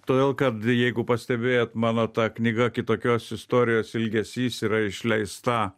todėl kad jeigu pastebėjot mano ta knyga kitokios istorijos ilgesys yra išleista